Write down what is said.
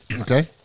Okay